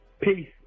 Peace